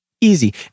easy